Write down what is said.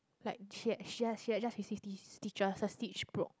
like she had she has she has just received these stitches the stitch broke